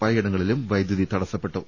പലയിട ങ്ങളിലും വൈദ്യുതി തടസ്സപ്പെട്ടു